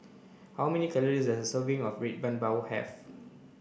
how many calories serving of red bean bao have